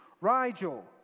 Rigel